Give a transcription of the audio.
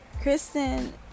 Kristen